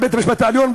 לבית-המשפט העליון,